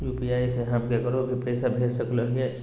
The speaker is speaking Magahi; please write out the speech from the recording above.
यू.पी.आई से हम केकरो भी पैसा भेज सको हियै?